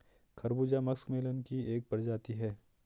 खरबूजा मस्कमेलन की एक प्रजाति है